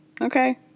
Okay